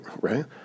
right